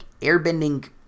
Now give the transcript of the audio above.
airbending